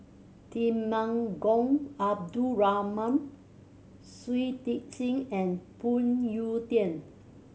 Temenggong Abdul Rahman Shui Tit Sing and Phoon Yew Tien